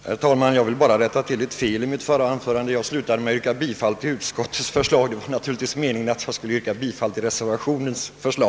Herr talman! Jag vill rätta ett fel i mitt förra anförande. Jag slutade med att yrka bifall till utskottets hemställan, men det var naturligtvis min mening att yrka bifall till reservationen.